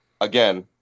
again